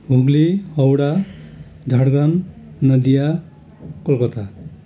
Hooghly Howrah Jharkhand Nadia Kolkata